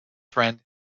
friend